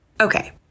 Okay